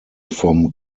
vom